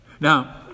Now